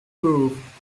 proof